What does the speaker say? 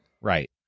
right